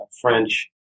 French